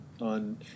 on